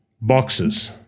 boxes